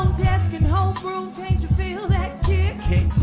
desk in homeroom can't you feel that kick kick